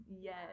Yes